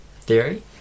theory